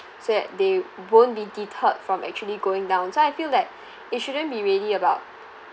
so that they won't be deterred from actually going down so I feel that it shouldn't be really about